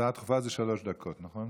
הצעה דחופה זה שלוש דקות, נכון?